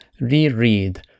reread